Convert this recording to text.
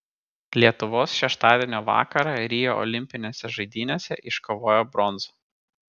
lietuvos šeštadienio vakarą rio olimpinėse žaidynėse iškovojo bronzą